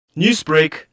Newsbreak